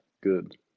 good